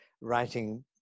writing